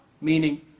meaning